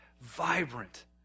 vibrant